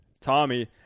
Tommy